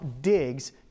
digs